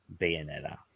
Bayonetta